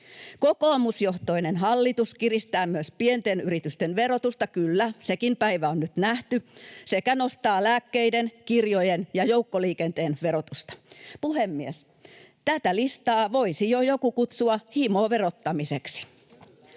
Kokoomusjohtoinen hallitus kiristää myös pienten yritysten verotusta — kyllä, sekin päivä on nyt nähty — sekä nostaa lääkkeiden, kirjojen ja joukkoliikenteen verotusta. Puhemies, tätä listaa voisi jo joku kutsua himoverottamiseksi.